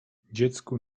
dziecku